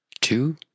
two